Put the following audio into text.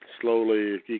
slowly